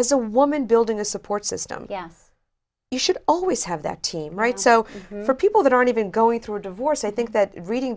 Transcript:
as a woman building a support system yes you should always have that team right so for people that aren't even going through a divorce i think that reading